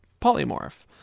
polymorph